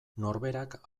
norberak